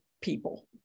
people